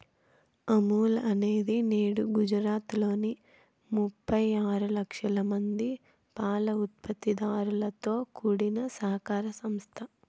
అమూల్ అనేది నేడు గుజరాత్ లోని ముప్పై ఆరు లక్షల మంది పాల ఉత్పత్తి దారులతో కూడిన సహకార సంస్థ